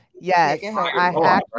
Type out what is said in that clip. Yes